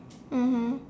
mmhmm